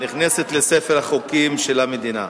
לספר החוקים של המדינה.